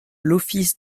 l’office